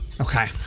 okay